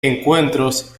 encuentros